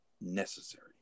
necessary